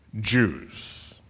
Jews